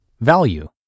value